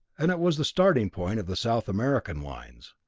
and it was the starting point of the south american lines.